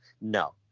no